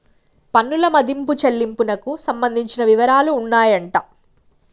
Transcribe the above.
పన్నుల మదింపు చెల్లింపునకు సంబంధించిన వివరాలు ఉన్నాయంట